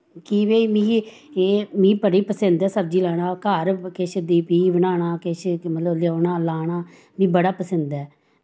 की भाई मिगी एह् मिगी बड़ी पसिंद ऐ सब्जी लाना घर किश दे बीऽ बनाना किश मतलव लेऔना लाना मीं बड़ा पसिंद ऐ